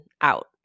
out